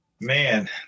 man